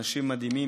אנשים מדהימים,